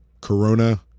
Corona